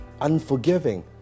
unforgiving